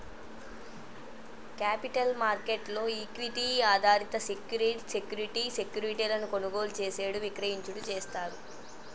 capital market లో equity ఆధారిత security security సెక్యూరిటీలను కొనుగోలు చేసేడు విక్రయించుడు చేస్తారు